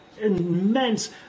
immense